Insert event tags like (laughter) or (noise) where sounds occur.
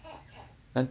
(noise)